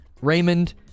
Raymond